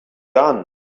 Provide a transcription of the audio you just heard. gun